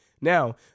now